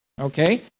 Okay